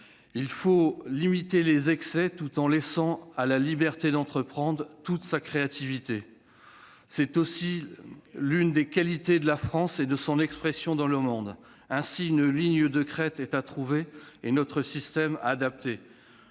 Il faut limiter les excès tout en laissant à la liberté d'entreprendre toute sa place et sa créativité. Très bien ! C'est aussi l'une des qualités de la France et de son expression dans le monde. Ainsi, une ligne de crête est à trouver, et notre système doit